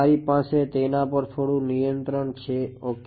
તમારી પાસે તેના પર થોડું નિયંત્રણ છે ઓકે